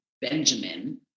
Benjamin